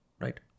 Right